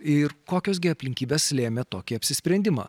ir kokios gi aplinkybės lėmė tokį apsisprendimą